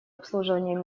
обслуживание